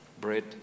Bread